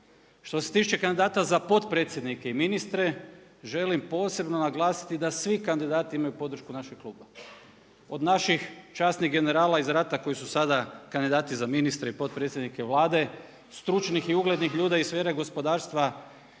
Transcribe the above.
Što se tiče kandidata za potpredsjednike i ministre želim posebno naglasiti da svi kandidati imaju podršku našeg kluba. Od naših časnih generala iz rata koji su sada kandidati za ministre i potpredsjednike Vlade, stručnih i uglednih ljudi iz sfere gospodarstva